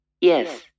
yes